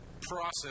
process